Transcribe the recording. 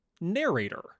narrator